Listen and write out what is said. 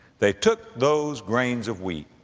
they took those grains of wheat,